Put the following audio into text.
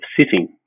sitting